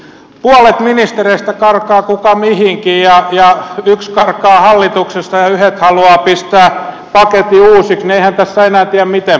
kun puolet ministereistä karkaa kuka mihinkin ja yksi karkaa hallituksesta ja yhdet haluavat pistää paketin uusiksi niin eihän tässä enää tiedä miten päin tässä olisi